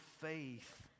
faith